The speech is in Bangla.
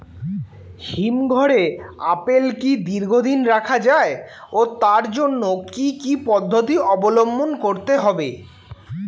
হিমঘরে আপেল কি দীর্ঘদিন রাখা যায় ও তার জন্য কি কি পদ্ধতি অবলম্বন করতে হবে?